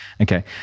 okay